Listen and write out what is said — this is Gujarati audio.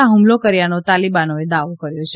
આ હુમલો કર્યાનો તાલીબાનોએ દાવો કર્યો છે